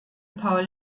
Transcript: paul